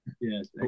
Yes